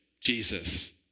Jesus